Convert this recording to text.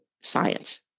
science